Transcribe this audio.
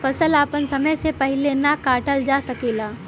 फसल आपन समय से पहिले ना काटल जा सकेला